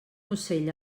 ocell